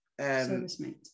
Servicemate